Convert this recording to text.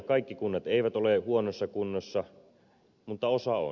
kaikki kunnat eivät ole huonossa kunnossa mutta osa on